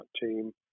team